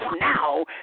now